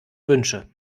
wünsche